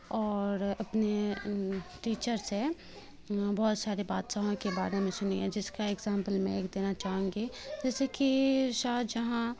اور اپنے ٹیچر سے بہت سارے بادشاہوں کے بارے میں سنی ہے جس کا ایگزامپل میں ایک دینا چاہوں گی جیسے کہ شاہجہاں